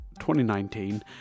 2019